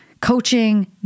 coaching